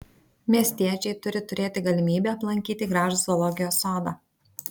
miestiečiai turi turėti galimybę aplankyti gražų zoologijos sodą